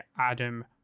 Adam